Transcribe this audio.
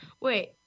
Wait